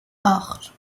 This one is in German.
acht